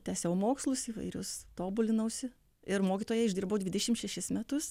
tęsiau mokslus įvairius tobulinausi ir mokytoja išdirbau dvidešimt šešis metus